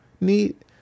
neat